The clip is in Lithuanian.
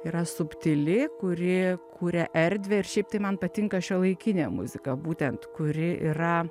yra subtili kuri kuria erdvę ir šiaip tai man patinka šiuolaikinė muzika būtent kuri yra